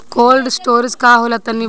Cold storage का होला तनि बताई?